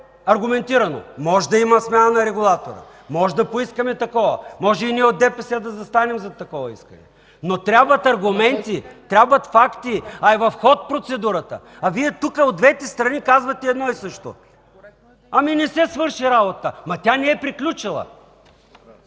аргументирано. Може да има смяна на регулатора, може да поискаме такова, може от ДПС да застанем зад такова искане, но трябват аргументи, трябват факти, а процедурата е в ход. Вие тук – от двете страни, казвате едно и също: „Не се свърши работата!”, но тя не е приключила!